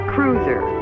Cruiser